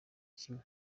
kimwe